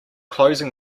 closing